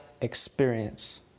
experience